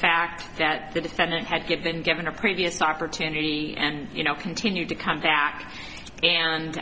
fact that the defendant had given given a previous opportunity and you know continued to come back and